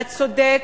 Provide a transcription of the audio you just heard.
הצודק,